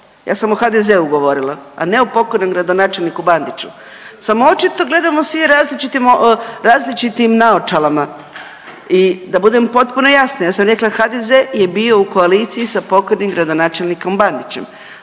ja sam o HDZ-u govorila, a ne pokojnom gradonačelniku Bandiću. Samo očito gledamo svi različitim naočalama. I da budem potpuno jasna ja sam rekla HDZ je bio u koaliciji sa pokojnim gradonačelnikom Bandićem.